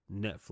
Netflix